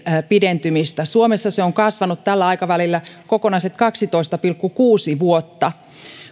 pidentymistä ja suomessa se on kasvanut tällä aikavälillä kokonaiset kaksitoista pilkku kuusi vuotta